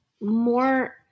more